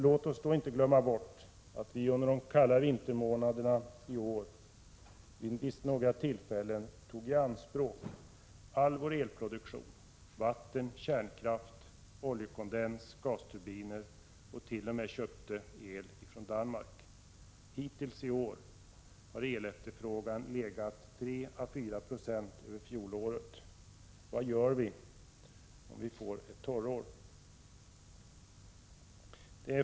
Låt oss då inte glömma bort att vi under de kalla vintermånaderna i år vid några tillfällen tog i anspråk all vår elproduktion; vattenkraft, kärnkraft, oljekondens, gasturbiner samt t.o.m. köpte el från Danmark. Hittills i år har efterfrågan på ellegat på 3 å4 96 över fjolårets. Vad gör vi om vi får ett torrår?